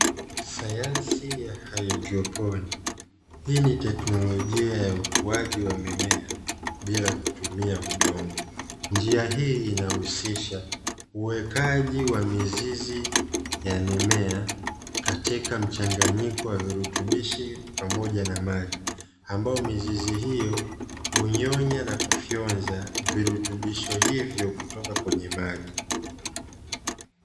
Sayansi ya haidropni, hii ni teknolojia ya ukuaji wa mimea bila kutumia udongo, njia hii inahusisha uwekaji wa mizizi ya mimea katika mchanganyiko wa virutubishi pamoja na maji, ambao mizizi hiyo hunyonya na kufyonza virutubisho hivyo kutoka kwenye maji.